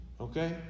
Okay